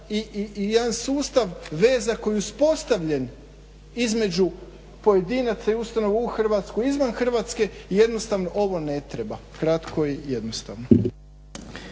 i jedan sustav veza koji je uspostavljen između pojedinaca i ustanova u Hrvatskoj i izvan Hrvatske i jednostavno ovo ne treba. Kratko i jednostavno.